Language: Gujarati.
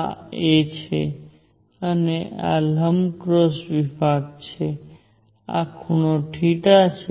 આ a છે અને આ લંબ ક્રોસ વિભાગ છે આ ખૂણો છે